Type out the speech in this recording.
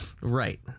Right